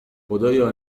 خدایا